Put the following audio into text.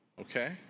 Okay